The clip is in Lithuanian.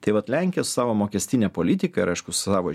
tai vat lenkija su savo mokestine politika ir aišku savo